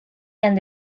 and